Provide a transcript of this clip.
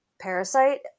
parasite